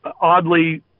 Oddly